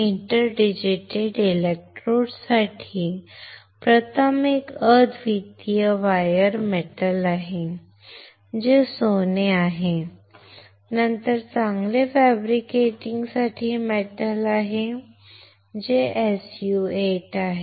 inter digitated electrode साठी प्रथम एक अद्वितीय वायर मेटल आहे जे सोने आहे नंतर चांगले फॅब्रिकेटिंगसाठी मेटल आहे जे SU 8 आहे